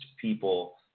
people